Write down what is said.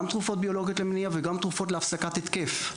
גם תרופות ביולוגיות למניעה וגם תרפות להפסקת התקף.